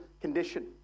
condition